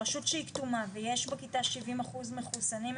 רשות שהיא כתומה ויש בכיתה 70% מחוסנים,